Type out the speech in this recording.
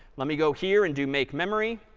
let me go here and do make memory.